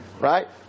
Right